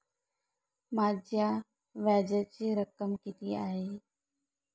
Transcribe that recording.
माझ्या व्याजाची रक्कम किती आहे?